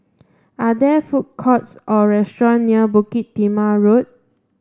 are there food courts or restaurant near Bukit Timah Road